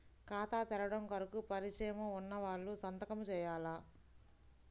ఖాతా తెరవడం కొరకు పరిచయము వున్నవాళ్లు సంతకము చేయాలా?